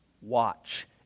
watch